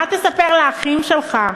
מה תספר ל"אחים" שלך?